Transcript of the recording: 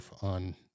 on